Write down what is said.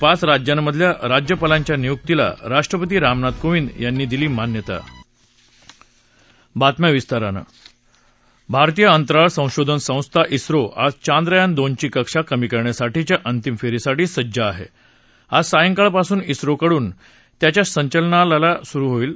पाच राज्यांमधल्या राज्यपालांच्या नियुक्तीला राष्ट्रपती रामनाथ कोविंद यांनी दिली मान्यता भारतीय अंतराळ संशोधन संस्था इस्रो आज चांद्रयान दोनची कक्षा कमी करण्यासाठीच्या अंतिम फर्टीसाठी सज्ज आह आज सायंकाळपासून इस्रोकडून याच्या संचालनाला सुरुवात होईल